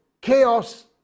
chaos